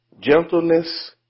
Gentleness